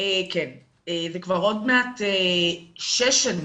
כבר עוד מעט שש שנים,